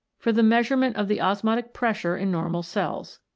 for the measurement of the osmotic pressure in normal cells.